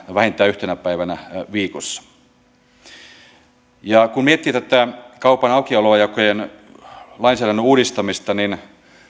vähintään yhtenä päivänä viikossa kun miettii tätä kaupan aukioloaikojen lainsäädännön uudistamista niin